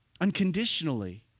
unconditionally